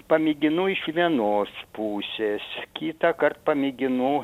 pamėginu iš vienos pusės kitąkart pamėginu